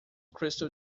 crystal